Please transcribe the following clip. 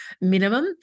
minimum